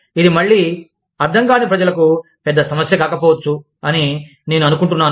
ఇది మళ్ళీ అర్థం కాని ప్రజలకు పెద్ద సమస్య కాకపోవచ్చు అని నేను అనుకుంటున్నాను